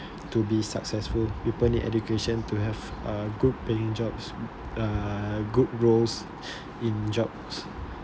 to be successful people need education to have uh good paying jobs uh and good roles in jobs